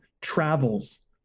travels